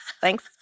Thanks